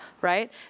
Right